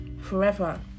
forever